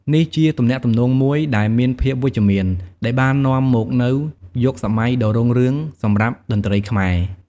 នេះជាទំនាក់ទំនងមួយដែលមានភាពវិជ្ជមាន ដែលបាននាំមកនូវយុគសម័យដ៏រុងរឿងសម្រាប់តន្ត្រីខ្មែរ។